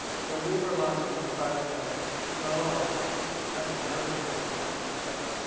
so we were launching this product that had low or actually no sugar, in fact, when we started.